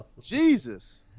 Jesus